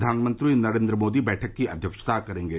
प्रधानमंत्री नरेन्द्र मोदी बैठक की अध्यक्षता करेंगे